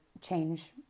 change